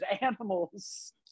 animals